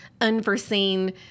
unforeseen